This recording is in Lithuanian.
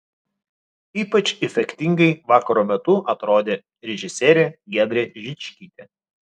ypač efektingai vakaro metu atrodė režisierė giedrė žičkytė